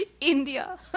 India